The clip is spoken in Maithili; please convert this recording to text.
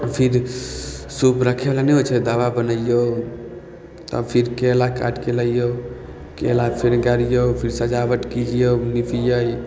फिर सूप रखयवला नहि होइ छै दाबा बनइयौ तब फिर केला काटिके लइयौ केला फेन गारियौ फिर सजावट किजियौ लिपियै